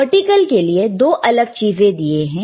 vertical के लिए दो अलग चीजें हैं